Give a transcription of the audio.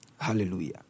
Hallelujah